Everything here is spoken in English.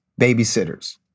babysitters